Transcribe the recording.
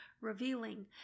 revealing